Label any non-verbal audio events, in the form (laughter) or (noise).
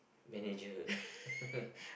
manager (laughs)